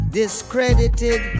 discredited